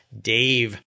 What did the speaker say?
Dave